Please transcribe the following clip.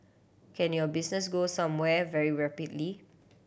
can your business go somewhere very rapidly